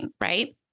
Right